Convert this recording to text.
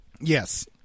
Yes